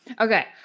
Okay